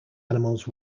animals